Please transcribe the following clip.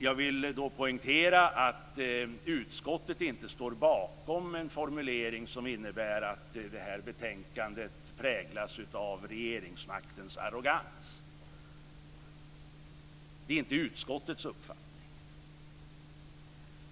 Jag vill då poängtera att utskottet inte står bakom en formulering som innebär att det här betänkandet präglas av regeringsmaktens arrogans. Det är inte utskottets uppfattning.